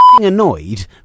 annoyed